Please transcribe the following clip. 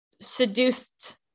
seduced